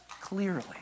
clearly